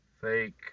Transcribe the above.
fake